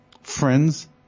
Friends